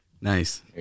nice